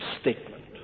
statement